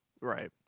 right